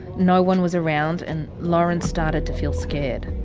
no one was around and lauren started to feel scared.